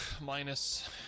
minus